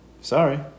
sorry